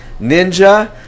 ninja